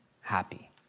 happy